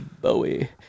Bowie